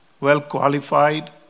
well-qualified